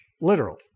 literal